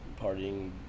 partying